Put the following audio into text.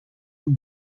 een